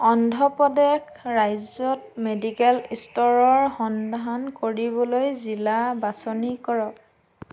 অন্ধ্ৰ প্ৰদেশ ৰাজ্যত মেডিকেল ষ্ট'ৰৰ সন্ধান কৰিবলৈ জিলা বাছনি কৰক